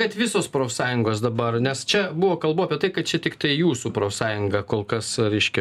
kad visos profsąjungos dabar nes čia buvo kalbų apie tai kad čia tiktai jūsų profsąjunga kol kas reiškia